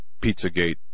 Pizzagate